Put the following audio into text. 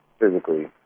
physically